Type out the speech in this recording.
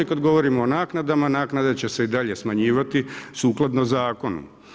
I kada govorimo o naknadama naknade će se i dalje smanjivati sukladno zakonu.